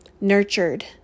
nurtured